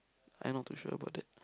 I not too sure about that